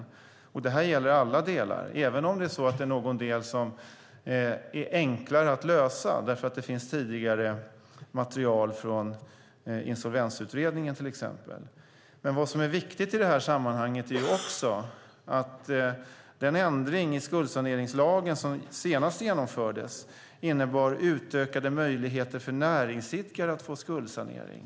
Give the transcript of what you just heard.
Det här gäller alla delar även om det finns någon del som är enklare att lösa därför att det finns material från den tidigare insolvensutredningen till exempel. I det här sammanhanget är det också viktigt att den ändring i skuldsaneringslagen som senast genomfördes innebar utökade möjligheter för näringsidkare att få skuldsanering.